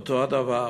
אותו הדבר?